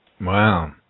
Wow